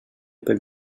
pel